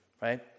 right